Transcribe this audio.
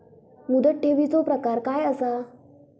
मुदत ठेवीचो प्रकार काय असा?